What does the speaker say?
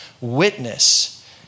witness